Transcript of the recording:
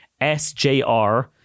SJR